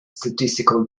statistical